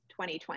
2020